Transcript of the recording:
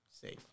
Safe